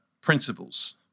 principles